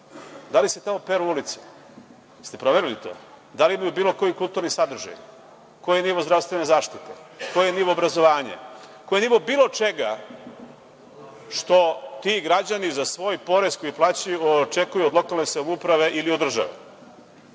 Da li se tamo peru ulice? Da li ste proverili to? Da li imaju bilo koji kulturni sadržaj? Koji je nivo zdravstvene zaštite? Koji je nivo obrazovanja? Koji je nivo bilo čega što ti građani za svoj porez koji plaćaju očekuju od lokalne samouprave ili od države?